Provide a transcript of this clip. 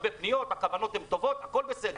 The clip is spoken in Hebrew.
הכוונות הן טובות, הכול בסדר.